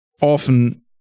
often